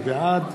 בעד